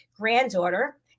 granddaughter